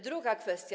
Druga kwestia.